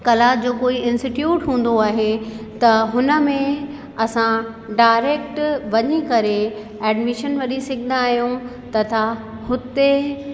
कला जो कोई इंसिट्यूट हूंदो आहे त हुन में असां डायरैक्ट वञी करे एडमिशन वठी सघंदा आहियूं तथा हुते